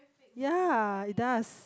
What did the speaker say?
ya it does